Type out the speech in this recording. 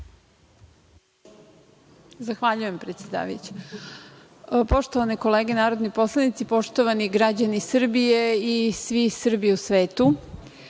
Zahvaljujem, predsedavajuća. Poštovane kolege narodni poslanici, poštovani građani Srbije i svi Srbi u svetu,